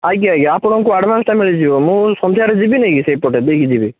ଆଜ୍ଞା ଆଜ୍ଞା ଆପଣଙ୍କୁ ଆଡ଼ଭାନ୍ସଟା ମିଳିଯିବ ମୁଁ ଏଇ ସନ୍ଧ୍ୟାରେ ଯିବିନି କି ସେପଟେ ଦେଇକି ଯିବି